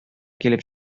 килеп